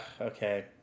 okay